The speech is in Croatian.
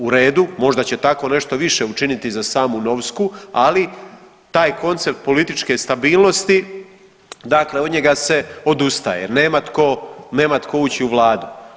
U redu, možda će tako nešto više učiniti za samu Novsku, ali taj koncept političke stabilnosti, dakle od njega se odustaje, nema tko, nema tko ući u Vladu.